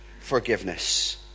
forgiveness